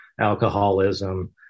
alcoholism